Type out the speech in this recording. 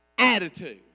attitude